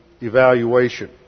evaluation